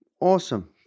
Awesome